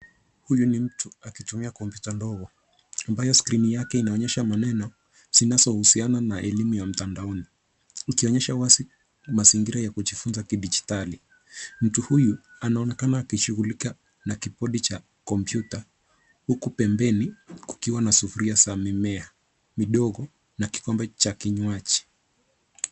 Huyu ni mtu akitumia kompyuta ndogo ambayo skrini yake inaonyesha maneno zinazohusiana na elimu ya mtandaoni ikionyesha wazi mazingira ya kujifunza kidijitali. Mtu huyu anaonekana akishughulika na kibodi cha kompyuta huku pembeni kukiwa na sufuria za mimea midogo na kikombe cha kinywaji.